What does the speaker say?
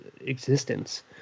existence